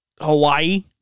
Hawaii